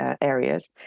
areas